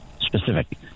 specific